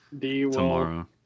tomorrow